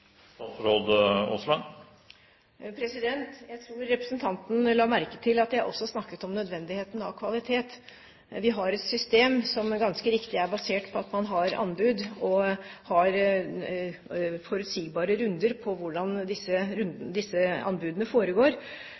representanten la merke til at jeg også snakket om nødvendigheten av kvalitet. Vi har et system som ganske riktig er basert på at man har anbud og forutsigbare runder på